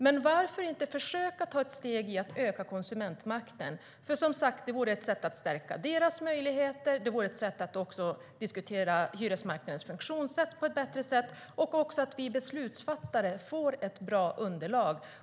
Men varför inte försöka ta ett steg för att öka konsumentmakten? Det vore ett sätt att stärka konsumenternas möjligheter, att diskutera hyresmarknadens funktionssätt och att se till att vi beslutsfattare får ett bra underlag.